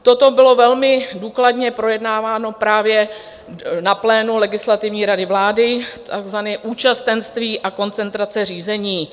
Toto bylo velmi důkladně projednáváno právě na plénu Legislativní rady vlády, takzvané účastenství a koncentrace řízení.